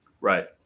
Right